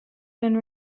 then